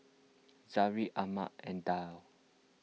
Zamrud Ahmad and Dhia